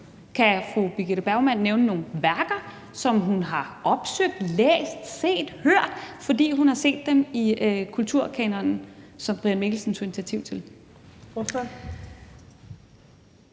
Kan fru Birgitte Bergman nævne nogle værker, som hun har opsøgt, læst, set eller hørt, fordi hun har set dem i kulturkanonen, som Brian Mikkelsen tog initiativ til?